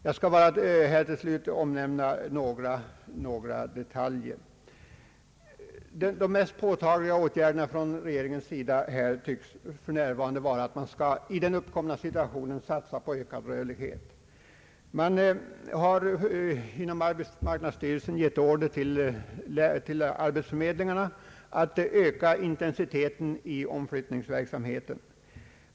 Jag skall till slut bara omnämna några detaljer. De mest påtagliga åtgärderna från regeringens sida tycks för närvarande vara att man i den uppkomna situationen skall satsa på ökad rörlighet. Arbetsmarknadsstyrelsen har gett order till arbetsförmedlingarna att öka intensiteten i omflyttningsverksamheten.